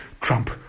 Trump